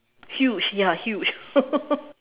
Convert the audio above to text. huge ya huge